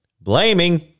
blaming